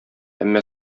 әмма